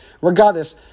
regardless